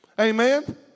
Amen